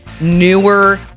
newer